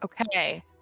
Okay